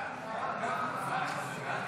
הצעת סיעות